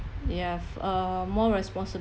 you have uh more responsibility